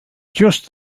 just